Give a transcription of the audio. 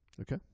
okay